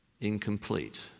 incomplete